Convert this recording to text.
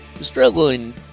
struggling